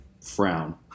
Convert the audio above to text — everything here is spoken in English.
frown